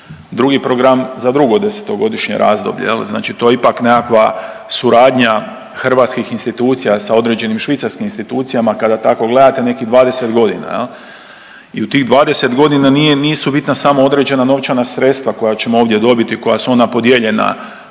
drugi program za drugo desetogodišnje razdoblje, znači to je ipak nekakva suradnja hrvatskih institucija sa određenim švicarskim institucijama kada tako gledate nekih 20 godina. I u tih 20 godina nisu bitna samo određena novčana sredstva koja ćemo ovdje dobiti koja su ona podijeljena